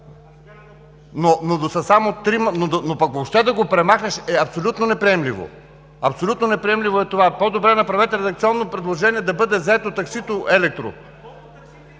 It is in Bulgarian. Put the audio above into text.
да го премахнеш е абсолютно неприемливо. Абсолютно неприемливо е това! По-добре направете редакционно предложение да бъде заето електротаксито.